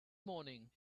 morning